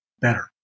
better